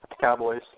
Cowboys